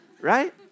right